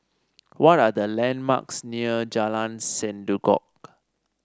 what are the landmarks near Jalan Sendudok